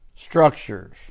structures